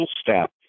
step